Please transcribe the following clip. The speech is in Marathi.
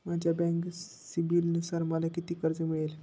माझ्या बँक सिबिलनुसार मला किती कर्ज मिळेल?